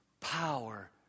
power